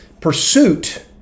pursuit